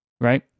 Right